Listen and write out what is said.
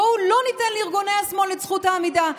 בואו לא ניתן לארגוני השמאל את זכות העמידה,